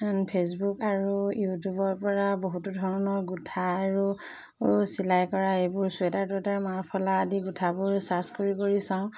Facebook আৰু ইউটিউবৰ পৰা বহুতো ধৰণৰ গোঁঠা আৰু চিলাই কৰা এইবোৰ চুৱেটাৰ টুৱেটাৰ মাফলাৰ আদি গোঁঠাবোৰ ছাৰ্চ কৰি কৰি চাওঁ